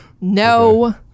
no